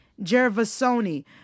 Gervasoni